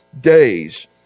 days